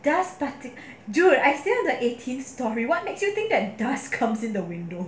dust particles dude I stay in the eighteenth storey what makes you think that dust comes in the window